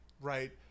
right